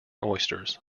oysters